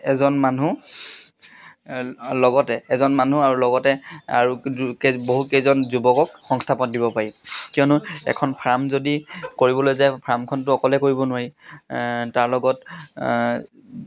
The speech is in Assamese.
এজন মানুহ লগতে এজন মানুহ আৰু লগতে আৰু বহু কেইজন যুৱকক সংস্থাপন দিব পাৰি কিয়নো এখন ফাৰ্ম যদি কৰিবলৈ যায় ফাৰ্মখনটো অকলে কৰিব নোৱাৰি তাৰ লগত